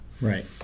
Right